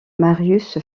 marius